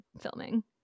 filming